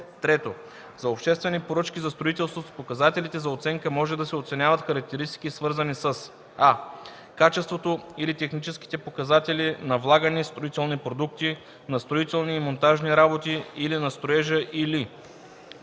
3. за обществени поръчки за строителство с показателите за оценка може да се оценяват характеристики, свързани със: а) качеството или техническите показатели на влагани строителни продукти, на строителни и монтажни работи или на строежа или б)